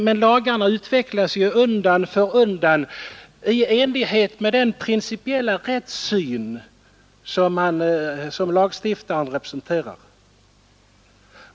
Men lagarna utvecklas ju undan för undan i enlighet med den principiella rättssyn som lagstiftaren representerar.